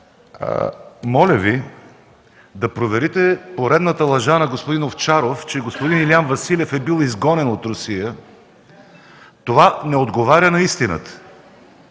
моля Ви да проверите поредната лъжа на господин Овчаров, че господин Илиян Василев е бил изгонен от Русия. Това не отговаря на истината.